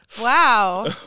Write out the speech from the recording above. Wow